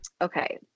okay